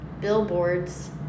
billboards